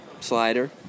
slider